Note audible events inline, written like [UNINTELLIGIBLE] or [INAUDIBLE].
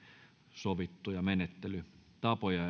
sovittuja menettelytapoja [UNINTELLIGIBLE]